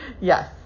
yes